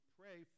pray